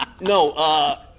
No